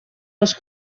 els